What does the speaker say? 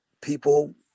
people